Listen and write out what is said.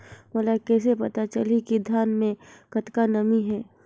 मोला कइसे पता चलही की धान मे कतका नमी हे?